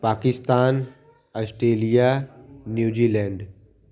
Pakistan Australia New Zealand